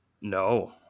No